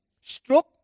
stroke